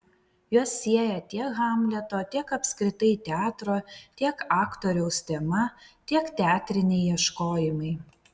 juos sieja tiek hamleto tiek apskritai teatro tiek aktoriaus tema tiek teatriniai ieškojimai